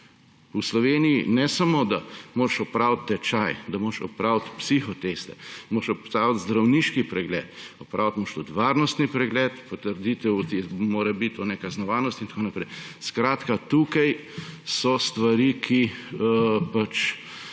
V Sloveniji ne samo da moraš opraviti tečaj, da moraš opraviti psihoteste, moraš opraviti zdravniški pregled, opraviti moraš tudi varnostni pregled, mora biti tudi potrditev o nekaznovanosti in tako naprej. Skratka, tukaj so stvari, ki so